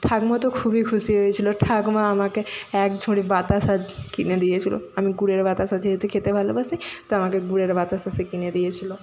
ঠাকুমা তো খুবই খুশি হয়েছিলো ঠাকুমা আমাকে এক ঝুড়ি বাতাসা কিনে দিয়েছিলো আমি গুড়ের বাতাসা যেহেতু খেতে ভালোবাসি তাই আমাকে গুড়ের বাতাসা সে কিনে দিয়েছিলো